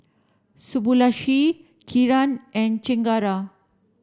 Subbulakshmi Kiran and Chengara